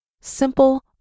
Simple